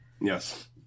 Yes